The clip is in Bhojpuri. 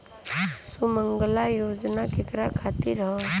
सुमँगला योजना केकरा खातिर ह?